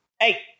Hey